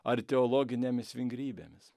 ar teologinėmis vingrybėmis